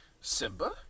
Simba